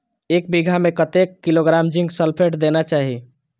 एक बिघा में कतेक किलोग्राम जिंक सल्फेट देना चाही?